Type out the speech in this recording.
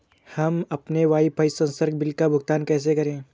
हम अपने वाईफाई संसर्ग बिल का भुगतान कैसे करें?